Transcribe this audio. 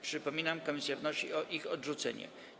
Przypominam, że komisja wnosi o ich odrzucenie.